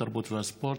התרבות והספורט.